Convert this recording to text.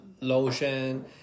lotion